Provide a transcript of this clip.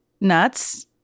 nuts